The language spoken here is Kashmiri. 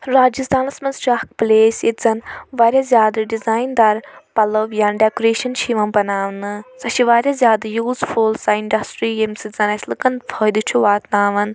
راجستھانَس مَنٛز چھِ اکھ پٕلیس ییٚتہِ زن واریاہ زیادٕ ڈِزاین دار پَلوٚو یا ڈیٚکوریشَن چھِ یوان بناونہٕ سۄ چھِ واریاہ زیادٕ یوٗزفُل سۄ انٛڈسٹرٛی ییٚمہِ سۭتۍ زن اسہِ لوٗکَن فٲیدٕ چھُ واتناوان